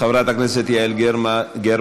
חברת הכנסת יעל גרמן,